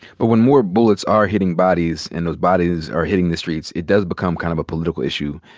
but when more bullets are hitting bodies and those bodies are hitting the streets, it does become kind of a political issue.